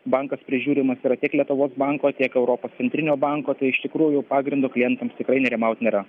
bankas prižiūrimas yra tiek lietuvos banko tiek europos centrinio banko tai iš tikrųjų pagrindo klientams tikrai nerimaut nėra